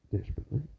desperately